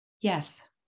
Yes